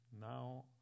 now